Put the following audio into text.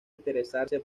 interesarse